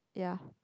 ya